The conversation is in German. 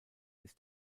ist